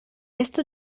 esto